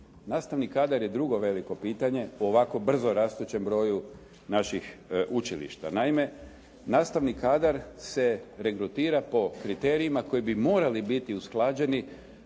Nastavni kadar je drugo veliko pitanje u ovako brzo rastućem broju naših učilišta. Naime, nastavni kadar se regrutira po kriterijima koji bi morali biti usklađeni